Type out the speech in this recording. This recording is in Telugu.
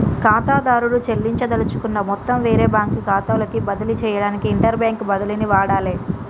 ఖాతాదారుడు చెల్లించదలుచుకున్న మొత్తం వేరే బ్యాంకు ఖాతాలోకి బదిలీ చేయడానికి ఇంటర్బ్యాంక్ బదిలీని వాడాలే